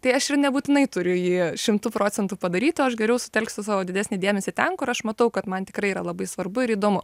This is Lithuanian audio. tai aš ir nebūtinai turiu jį šimtu procentų padaryt o aš geriau sutelksiu savo didesnį dėmesį ten kur aš matau kad man tikrai yra labai svarbu ir įdomu